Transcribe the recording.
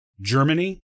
Germany